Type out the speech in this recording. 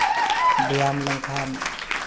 ᱵᱮᱭᱟᱢ ᱞᱮᱱᱠᱷᱟᱱ